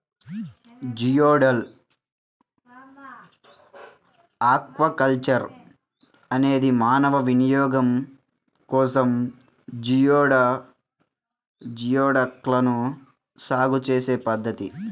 geoduck aquaculture అనేది మానవ వినియోగం కోసం జియోడక్లను సాగు చేసే పద్ధతి